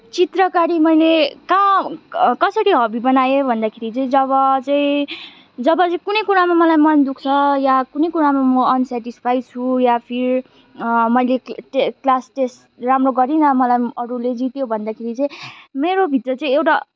चित्रकारी मैले कहाँ कसरी हबी बनाएँ भन्दाखेरि चाहिँ जब चाहिँ जब चाहिँ कुनै कुरामा मलाई मन दुख्छ या कुनै कुरामा म अनसेटिस्फाइड छु या फिर मैले टे क्लास टेस्ट राम्रो गरिनँ मलाई अरूले जित्यो भन्दाखेरि चाहिँ मेरोभित्र चाहिँ एउटा